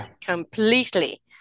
completely